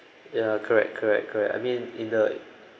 ya correct correct correct I mean in the